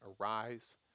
arise